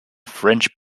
french